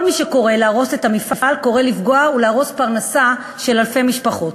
כל מי שקורא להרוס את המפעל קורא לפגוע ולהרוס פרנסה של אלפי משפחות.